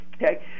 Okay